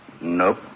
Nope